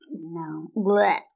No